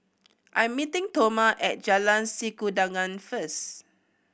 I am meeting Toma at Jalan Sikudangan first